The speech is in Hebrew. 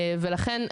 לכן,